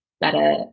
better